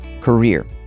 career